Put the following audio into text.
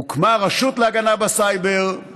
והוקמה רשות להגנה בסייבר,